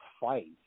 fight